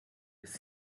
ist